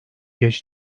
genç